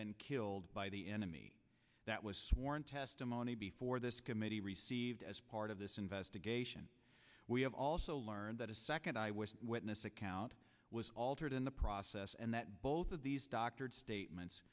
been killed by the enemy that was sworn testimony before this committee received as part of this investigation we have also learned that a second i was witness account was altered in the process and that both of these doctored statements